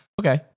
Okay